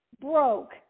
broke